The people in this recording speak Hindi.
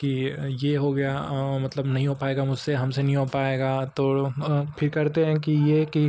कि यह हो गया मतलब नहीं हो पाएगा मुझसे हमसे नहीं हो पाएगा तो फिर करते हैं कि यह कि